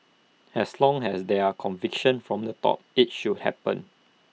as long as there are conviction from the top IT should happen